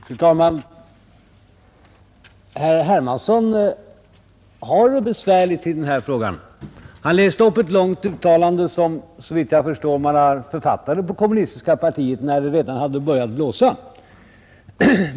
Fru talman! Herr Hermansson i Stockholm har det ju besvärligt i denna fråga. Han läste upp ett långt uttalande som, såvitt jag förstår, författades inom det kommunistiska partiet när det redan hade börjat blåsa.